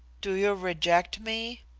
do you reject me?